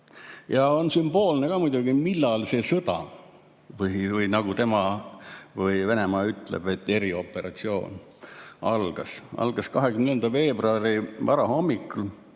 Ja on sümboolne muidugi, millal see sõda või nagu Venemaa ütleb, erioperatsioon algas: algas 24. veebruari varahommikul.